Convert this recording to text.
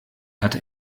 hatte